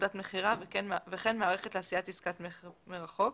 נקודת מכירה וכן מערכת לעשיית עסקת מכר מרחוק,